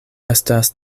estas